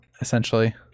essentially